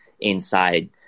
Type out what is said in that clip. inside